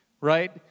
Right